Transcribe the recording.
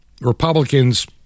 Republicans